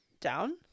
down